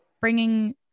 bringing